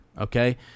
okay